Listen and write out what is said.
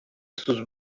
sus